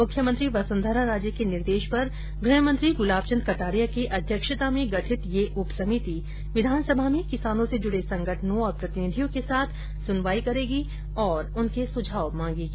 मुख्यमंत्री वसुन्धरा राजे के निर्देश पर गृहमंत्री गुलाबचंद कटारिया की अध्यक्षता में गठित ये उप समिति विधानसभा में किसानों से जुड़े संगठनों और प्रतिनिधियों के साथ सुनवाई करेगी और उनके सुझाव मांगेंगी